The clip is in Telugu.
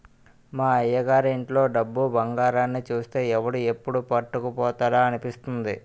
మా అయ్యగారి ఇంట్లో డబ్బు, బంగారాన్ని చూస్తే ఎవడు ఎప్పుడు పట్టుకుపోతాడా అనిపిస్తుంది